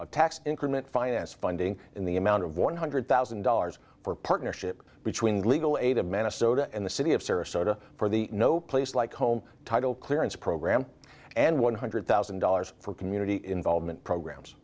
tax increment finance funding in the amount of one hundred thousand dollars for a partnership between legal aid of minnesota and the city of sarasota for the no place like home title clearance program and one hundred thousand dollars for community involvement programs